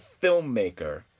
filmmaker